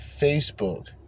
Facebook